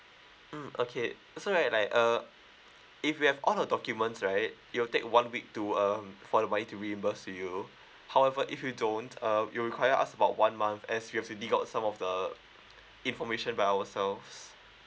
mm okay so right like uh if we have all the documents right it'll take one week to um for the money to be reimbursed to you however if you don't uh it'll require us about one month as we have to dig out some of the information by ourselves